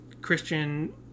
Christian